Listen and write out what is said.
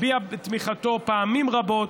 הביע תמיכתו פעמים רבות,